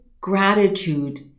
gratitude